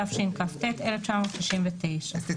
התשכ"ט 1969‏". אסתי,